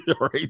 Right